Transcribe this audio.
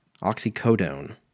Oxycodone